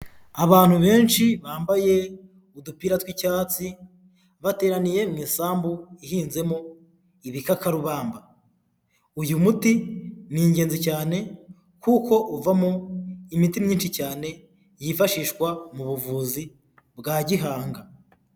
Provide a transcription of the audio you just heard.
Abantu benshi bambaye udupira tw'icyatsi, bateraniye mu isambu ihinzemo ibikakarubamba, uyu muti ni ingenzi cyane kuko uvamo imiti myinshi cyane yifashishwa mu buvuzi bwa gihanga.